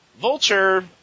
Vulture